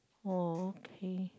oo okay